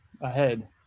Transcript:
ahead